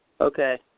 Okay